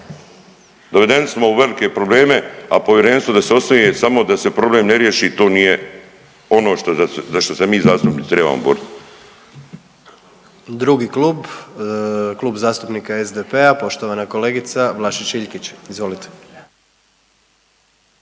Dovedeni smo u velike probleme, a povjerenstvo da se osnuje samo da se problem ne riješi to nije ono za što se mi zastupnici trebamo boriti.